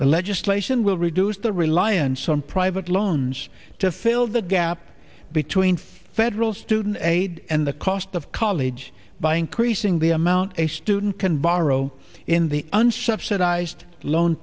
the legislation will reduce the reliance on private loans to fill the gap between federal student aid and the cost of college by increasing the amount a student can borrow in the unsubsidized loan